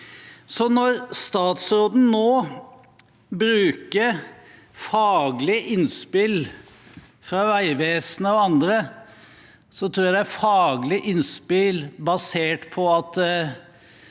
når statsråden nå bruker faglige innspill fra Vegvesenet og andre, tror jeg dette er faglige innspill basert på